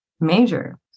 major